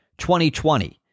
2020